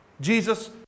Jesus